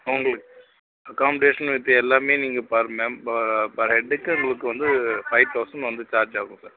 உங்களுக்கு accommodation with எல்லாமே நீங்கள் பெர் பெர் பெர் ஹெட்டுக்கு உங்களுக்கு வந்து ஃபைவ் தௌசண்ட் வந்து சார்ஜ் ஆகும் சார்